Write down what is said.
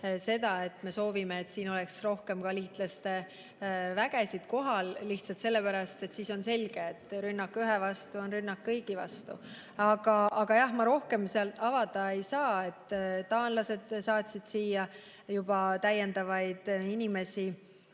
seda, et me soovime, et siin oleks rohkem ka liitlaste vägesid kohal, lihtsalt sellepärast, et siis on selge, et rünnak ühe vastu on rünnak kõigi vastu. Aga jah, ma rohkem avada ei saa. Taanlased saatsid siia juba täiendavalt inimesi.